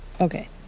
okay